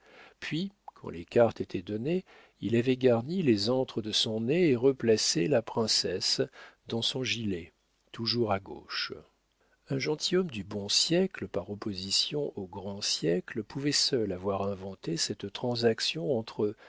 puis quand les cartes étaient données il avait garni les antres de son nez et replacé la princesse dans son gilet toujours à gauche un gentilhomme du bon siècle par opposition au grand siècle pouvait seul avoir inventé cette transaction entre